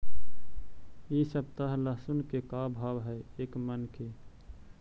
इ सप्ताह लहसुन के का भाव है एक मन के?